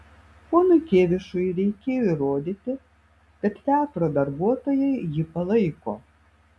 ponui kėvišui reikėjo įrodyti kad teatro darbuotojai jį palaiko